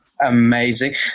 Amazing